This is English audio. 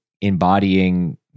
embodying